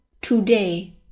Today